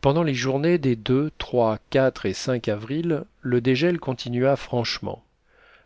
pendant les journées des et avril le dégel continua franchement